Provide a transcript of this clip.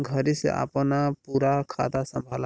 घरे से आपन पूरा खाता संभाला